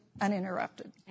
uninterrupted